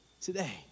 today